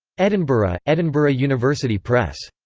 edinburgh edinburgh university press.